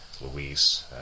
Luis